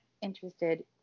interested